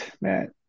man